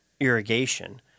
irrigation